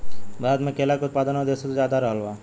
भारत मे केला के उत्पादन और देशो से ज्यादा रहल बा